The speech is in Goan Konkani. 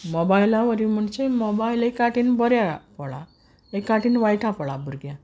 मॉबायला वरी म्हुणचे मॉबायल एक आटेन बोरे आ पोडला एका आटेन वायटा पोडला भुरग्या